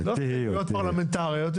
תהיות פרלמנטריות.